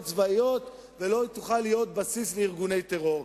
צבאיות ולא תוכל להיות בסיס לארגוני טרור.